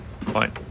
Fine